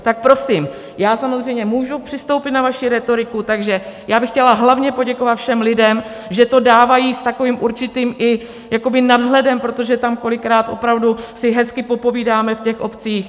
Tak prosím, já samozřejmě můžu přistoupit na vaši rétoriku, takže já bych chtěla hlavně poděkovat všem lidem, že to dávají s takovým určitým i jakoby nadhledem, protože tam kolikrát opravdu si hezky popovídáme v těch obcích.